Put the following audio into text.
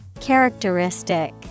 Characteristic